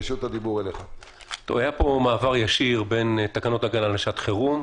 היה פה מעבר ישיר בין תקנות הגנה לשעת חירום,